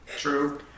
true